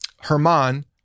Herman